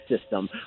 system